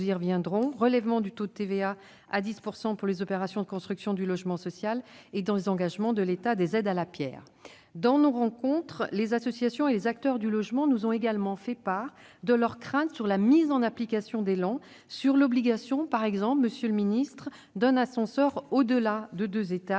nous reviendrons, le relèvement du taux de TVA à 10 % pour les opérations de construction de logements sociaux et le désengagement de l'État des aides à la pierre. Dans nos rencontres, les associations et les acteurs du logement nous ont également fait part de leurs craintes quant à la mise en application de la loi ÉLAN, par exemple, monsieur le ministre, sur l'obligation d'installer un ascenseur au-delà de deux étages.